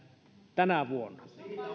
tänä vuonna